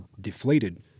deflated